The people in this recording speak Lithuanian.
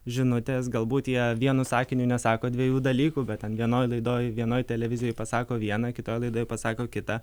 žinutės galbūt jie vienu sakiniu nesako dviejų dalykų bet ten vienoj laidoj vienoj televizijoj pasako vieną kitoj laidoj pasako kitą